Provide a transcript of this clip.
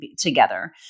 together